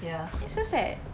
it's so sad